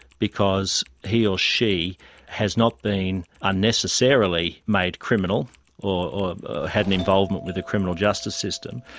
because he or she has not been unnecessarily made criminal or had an involvement with the criminal justice system,